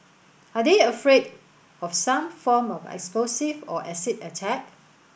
are they afraid of some form of explosive or acid attack